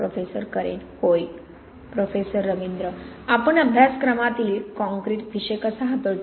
professor करेन होय professor Ravindra आपण अभ्यासक्रमातील कॉंक्रिट विषय कसा हाताळतो